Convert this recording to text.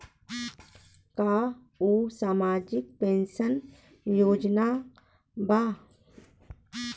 का उ सामाजिक पेंशन योजना बा?